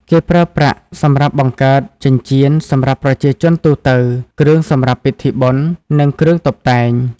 គេប្រើប្រាក់សម្រាប់បង្កើតចិញ្ចៀនសម្រាប់ប្រជាជនទូទៅ គ្រឿងសម្រាប់ពិធីបុណ្យ និងគ្រឿងតុបតែង។